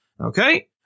Okay